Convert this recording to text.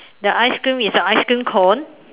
the ice cream is a ice cream cone